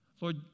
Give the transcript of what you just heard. Lord